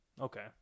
okay